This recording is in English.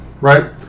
right